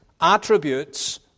attributes